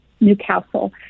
Newcastle